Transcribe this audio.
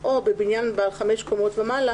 או בבניין בעל 5 קומות ומעלה,